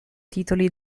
titoli